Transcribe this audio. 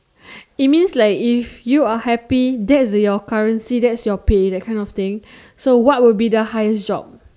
it means like if you are happy that's your currency that's your pay that kind of thing so what will be the highest job